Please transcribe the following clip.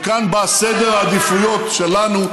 וכאן בא סדר העדיפויות שלנו,